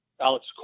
Alex